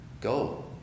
Go